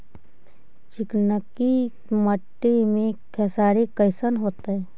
चिकनकी मट्टी मे खेसारी कैसन होतै?